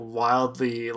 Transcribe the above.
wildly